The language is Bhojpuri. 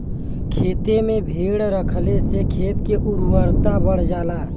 खेते में भेड़ रखले से खेत के उर्वरता बढ़ जाला